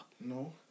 No